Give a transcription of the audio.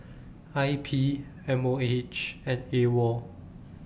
I P M O H and AWOL